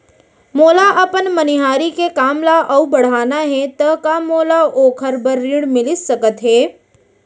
मोला अपन मनिहारी के काम ला अऊ बढ़ाना हे त का मोला ओखर बर ऋण मिलिस सकत हे?